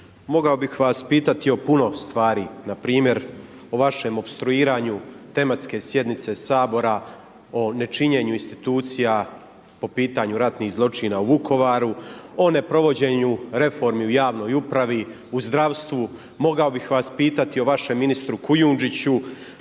mogao bih vas pitati o puno stvari. Na primjer o vašem opstruiranju tematske sjednice Sabora o nečinjenju institucija po pitanju ratnih zločina u Vukovaru, o neprovođenju reformi u javnoj upravi, u zdravstvu. Mogao bih vas pitati o vašem ministru Kujundžiću,